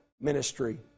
ministry